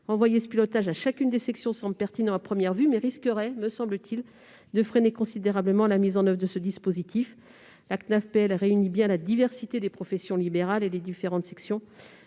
Renvoyer ce pilotage à chacune des sections paraît pertinent à première vue, mais risquerait, me semble-t-il, de freiner considérablement la mise en oeuvre de ce dispositif. La CNAVPL réunit bien la diversité des professions libérales et des différentes sections,